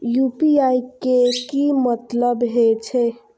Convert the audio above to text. UPI के की मतलब हे छे?